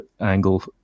angle